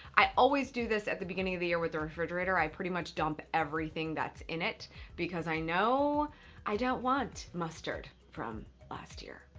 i always do this at the beginning of the year with the refrigerator. i pretty much dump everything that's in it because i know i don't want mustard from last year.